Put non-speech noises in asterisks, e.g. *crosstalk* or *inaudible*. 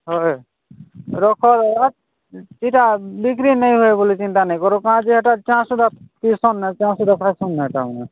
ହଏ ରଖ ଏଇଟା ବିକ୍ରି ନାଇଁ ହୁଏ ବୋଲି ଚିନ୍ତା ନାଇ କର କାଁ ଯେ *unintelligible* ପିସନ୍ *unintelligible*